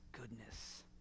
goodness